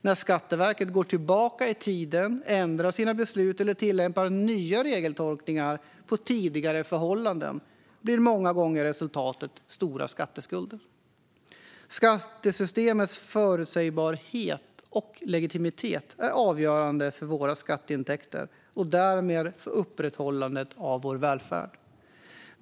När Skatteverket går tillbaka i tiden och ändrar sina beslut eller tillämpar nya regeltolkningar på tidigare förhållanden blir resultatet många gånger stora skatteskulder. Skattesystemets förutsägbarhet och legitimitet är avgörande för våra skatteintäkter och därmed för upprätthållandet av vår välfärd.